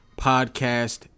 podcast